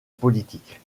politique